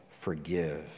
forgive